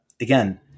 again